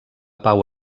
pau